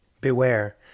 Beware